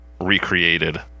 recreated